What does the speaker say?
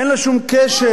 אין לה שום קשר,